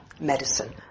medicine